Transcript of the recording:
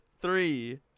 three